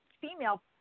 female